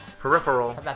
peripheral